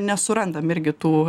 nesurandam irgi tų